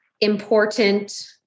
important